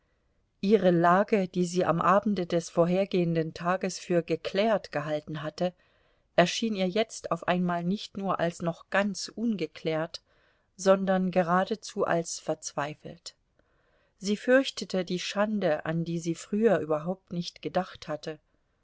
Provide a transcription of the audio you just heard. ihre lage die sie am abende des vorhergehenden tages für geklärt gehalten hatte erschien ihr jetzt auf einmal nicht nur als noch ganz ungeklärt sondern geradezu als verzweifelt sie fürchtete die schande an die sie früher überhaupt nicht gedacht hatte